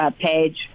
page